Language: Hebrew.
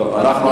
הכנסת לא,